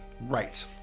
Right